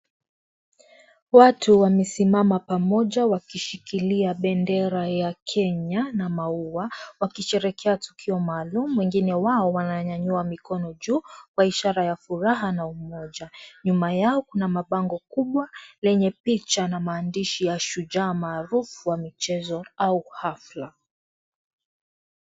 Watu wamesimama pamoja wakishikilia bendera ya Kenya na maua wakisherekea tukio maalum wengine wao wananyanyua mikono juu kwa ishara ya furaha na umoja. Nyuma yao kuna mabango kubwa lenye picha na maandishi ya shujaa maarufu wa michezo au hafla.